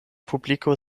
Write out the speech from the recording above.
publiko